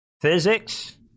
physics